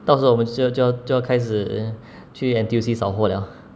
到时候我们就要就要开始去 N_T_U_C 扫货了